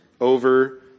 over